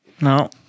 No